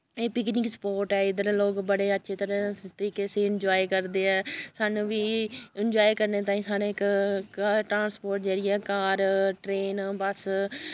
एह् picnic spot ऐ इद्धर लोक बड़ी अच्छी त'रा तरीके से इंजाए करदे ऐ सानूं बी इंजाए करने ताईं हर इक ट्रांस्पोर्ट जरियै कार ट्रेन बस्स